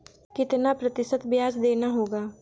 कितना प्रतिशत ब्याज देना होगा?